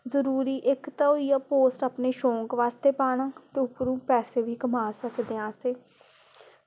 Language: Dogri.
जरूरी इक्क होइया पोस्ट अपनी शौक आस्तै पाना ते उप्परा पैसे बी कमाई सकदे अस